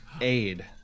aid